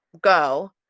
go